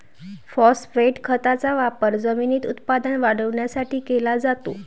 phosphate खताचा वापर जमिनीत उत्पादन वाढवण्यासाठी केला जातो